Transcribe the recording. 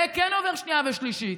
זה כן עובר שנייה ושלישית,